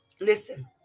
Listen